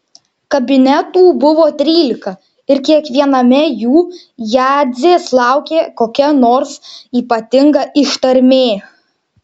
kabinetų buvo trylika ir kiekviename jų jadzės laukė kokia nors ypatinga ištarmė